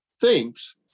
thinks